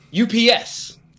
UPS